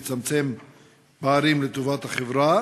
והוא יצמצם פערים לטובת החברה